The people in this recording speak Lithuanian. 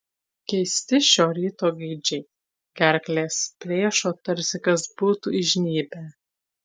keisti šio ryto gaidžiai gerkles plėšo tarsi kas būtų įžnybę